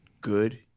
good